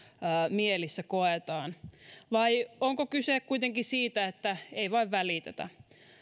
mielissä koetaan vai onko kyse kuitenkin siitä että ei vain välitetä